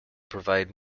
provide